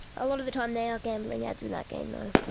a lot of the time they are gambling ads in that game though.